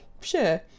Sure